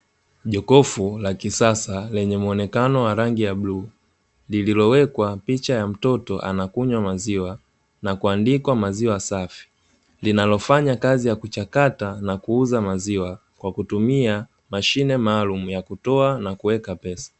Jokofu la kisasa lenye muonekano wa rangi ya bluu, lililowekwa picha ya mtoto anakunywa maziwa na kuandikwa maziwa safi. Linalofanya kazi ya kuchakata na kuuza maziwa, kwa kutumia mashine maalumu, inayotoa na kuweka pesa.